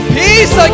peace